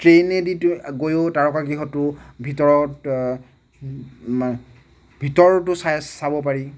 ট্ৰেইনেদি টো গৈও তাৰকা গৃহটো ভিতৰত ভিতৰতো চাই চাব পাৰি